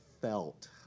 felt